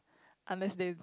unless they